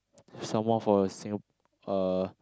some more for a Singap~ uh